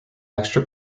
extra